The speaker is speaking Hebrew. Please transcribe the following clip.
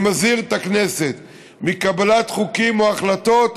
אני מזהיר את הכנסת מקבלת חוקים או החלטות,